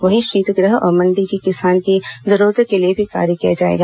वहीं शीतगृह और मंडी की किसान की जरूरतों के लिए भी कार्य किया जाएगा